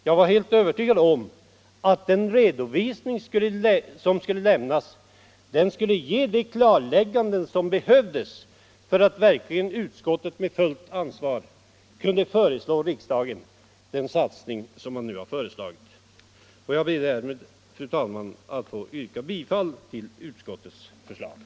Jag var helt övertygad om att den redovisning som skulle lämnas skulle ge de klarlägganden som behövdes för att utskottet verkligen med fullt ansvar skulle kunna föreslå riksdagen den satsning som det nu har föreslagit. Jag ber därmed, fru talman, att få yrka bifall till utskottets hemställan.